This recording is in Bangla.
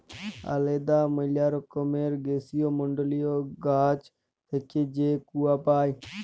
আলেদা ম্যালা রকমের গীষ্মমল্ডলীয় গাহাচ থ্যাইকে যে কূয়া পাই